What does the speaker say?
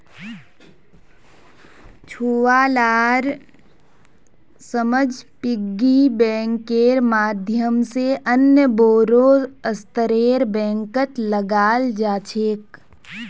छुवालार समझ पिग्गी बैंकेर माध्यम से अन्य बोड़ो स्तरेर बैंकत लगाल जा छेक